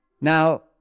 Now